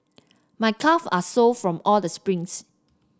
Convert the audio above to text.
my calve are sore from all the sprints